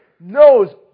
knows